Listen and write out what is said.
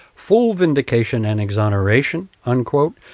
full vindication and exoneration, unquote.